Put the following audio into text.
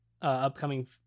upcoming